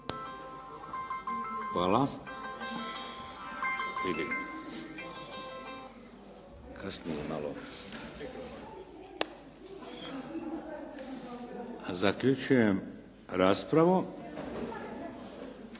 Hvala. Zaključujem raspravu.